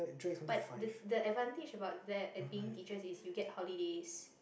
but the the advantage about that being teacher is you get holidays